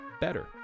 better